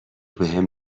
بهم